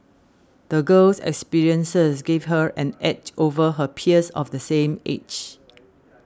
the girl's experiences gave her an edge over her peers of the same age